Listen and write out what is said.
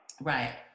Right